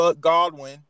Godwin